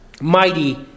Mighty